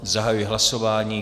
Zahajuji hlasování.